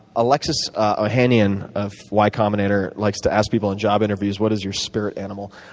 alexis ohanian of y combinator likes to ask people in job interviews, what is your spirit animal?